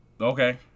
okay